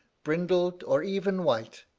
brindled, or even white.